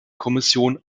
kommission